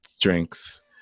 drinks